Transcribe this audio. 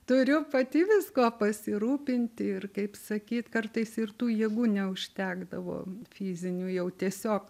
turiu pati viskuo pasirūpinti ir kaip sakyt kartais ir tų jėgų neužtekdavo fizinių jau tiesiog